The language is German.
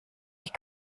die